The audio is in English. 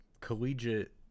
collegiate